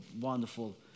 wonderful